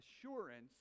assurance